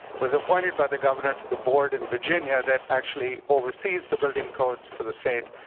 was appointed by the governor to the board in virginia that actually oversees the building codes for the state,